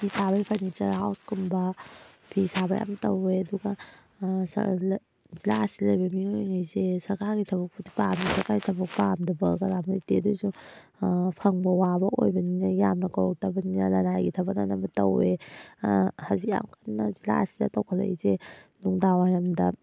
ꯐꯤ ꯁꯥꯕꯒꯤ ꯐꯔꯅꯤꯆꯔ ꯍꯥꯎꯁꯀꯨꯝꯕ ꯐꯤ ꯁꯥꯕ ꯌꯥꯝ ꯇꯧꯋꯦ ꯑꯗꯨꯒ ꯖꯤꯜꯂꯥ ꯑꯁꯤꯗ ꯂꯩꯕ ꯃꯤꯑꯣꯏꯉꯩꯁꯦ ꯁꯔꯀꯥꯔꯒꯤ ꯊꯕꯛꯄꯨꯗꯤ ꯄꯥꯝꯃꯤ ꯁꯔꯀꯥꯔꯒꯤ ꯊꯕꯛ ꯄꯥꯝꯗꯕ ꯀꯅꯥꯝ ꯂꯩꯇꯦ ꯑꯗꯣꯏꯁꯨ ꯐꯪꯕ ꯋꯥꯕ ꯑꯣꯏꯕꯅꯤꯅ ꯌꯥꯝꯅ ꯀꯧꯔꯛꯇꯕꯅꯤꯅ ꯂꯅꯥꯏꯒꯤ ꯊꯕꯛꯅ ꯑꯅꯝꯕ ꯇꯧꯋꯦ ꯍꯧꯖꯤꯛ ꯌꯥꯝ ꯀꯟꯅ ꯖꯤꯜꯂꯥ ꯑꯁꯤꯗ ꯇꯧꯈꯠꯂꯛꯏꯁꯦ ꯅꯨꯡꯗꯥꯡ ꯋꯥꯏꯔꯝꯗ